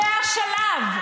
זה השלב.